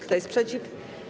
Kto jest przeciw?